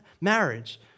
marriage